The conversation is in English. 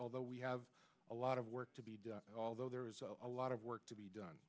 although we have a lot of work to be done although there is a lot of work to be done